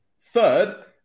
third